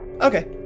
Okay